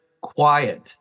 quiet